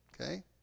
Okay